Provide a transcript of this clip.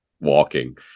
walking